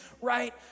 right